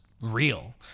real